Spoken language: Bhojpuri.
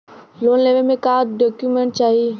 लोन लेवे मे का डॉक्यूमेंट चाही?